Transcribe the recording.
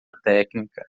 técnica